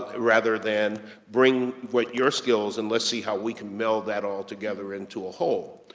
rather than bring what your skills and let's see how we can melt that altogether into a whole.